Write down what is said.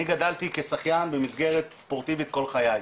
אני גדלתי כשחיין במסגרת ספורטיבית כל חיי.